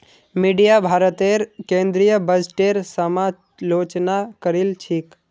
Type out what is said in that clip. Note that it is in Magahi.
मीडिया भारतेर केंद्रीय बजटेर समालोचना करील छेक